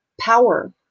power